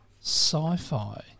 sci-fi